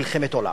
מלחמת עולם,